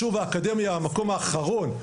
שוב האקדמיה המקום האחרון,